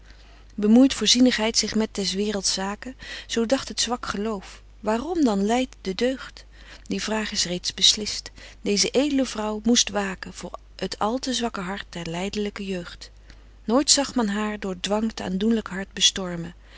burgerhart bemoeit voorzienigheid zich met des waerelds zaken zo dagt het zwak geloof waarom dan lydt de deugd die vraag is reeds beslist deeze edle vrouw moest waken voor t al te zwakke hart der leidelyke jeugd nooit zag men haar door dwang t aandoenlyk hart bestormen